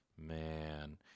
Man